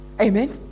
Amen